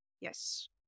Yes